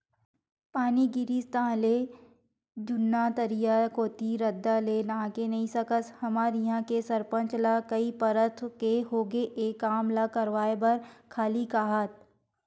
पानी गिरिस ताहले जुन्ना तरिया कोती रद्दा ले नाहके नइ सकस हमर इहां के सरपंच ल कई परत के होगे ए काम ल करवाय बर खाली काहत